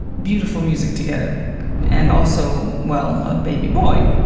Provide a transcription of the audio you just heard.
beautiful music together and also, well, a baby boy.